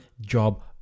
Job